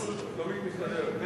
שלומית מסתדרת.